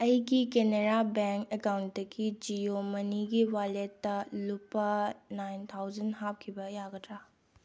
ꯑꯩꯒꯤ ꯀꯦꯅꯦꯔꯥ ꯕꯦꯡꯛ ꯑꯦꯛꯀꯥꯎꯟꯇꯒꯤ ꯖꯤꯑꯣ ꯃꯅꯤꯒꯤ ꯋꯥꯜꯂꯦꯠꯇ ꯂꯨꯄꯥ ꯅꯥꯏꯟ ꯊꯥꯎꯖꯟ ꯍꯥꯞꯈꯤꯕ ꯌꯥꯒꯗ꯭ꯔꯥ